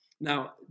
Now